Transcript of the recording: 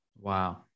wow